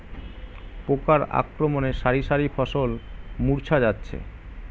পোকার আক্রমণে শারি শারি ফসল মূর্ছা যাচ্ছে